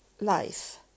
life